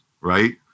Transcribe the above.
right